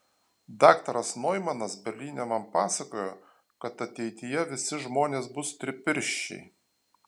daktaras noimanas berlyne man pasakojo kad ateityje visi žmonės bus tripirščiai